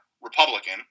Republican